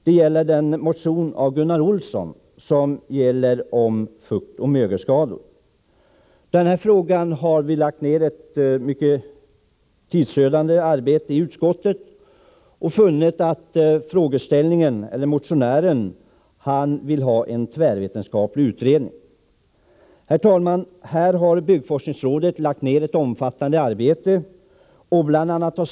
Det gäller Gunnar Olssons motion om mögel och fuktskador i hus. Denna fråga har vi lagt ned ett mycket tidsödande arbete på i utskottet. Motionären vill ha en tvärvetenskaplig utredning. Herr talman! Här har byggforskningsrådet lagt ned ett omfattande arbete.